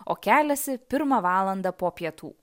o keliasi pirmą valandą po pietų